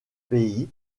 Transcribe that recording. pays